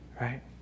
right